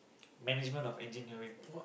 management of engineering